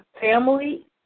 family